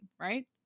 right